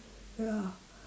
ya